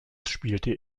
spielte